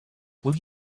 will